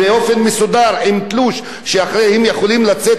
שאחר כך הם יכולים לצאת לפנסיה?